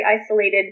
isolated